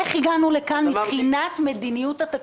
איך הגענו לכאן מבחינת מדיניות התקציבית?